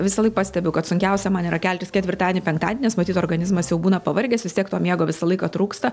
visąlaik pastebiu kad sunkiausia man yra keltis ketvirtadienį penktadienį nes matyt organizmas jau būna pavargęs vis tiek to miego visą laiką trūksta